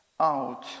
out